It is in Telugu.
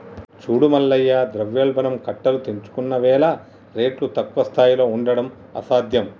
చూడు మల్లయ్య ద్రవ్యోల్బణం కట్టలు తెంచుకున్నవేల రేట్లు తక్కువ స్థాయిలో ఉండడం అసాధ్యం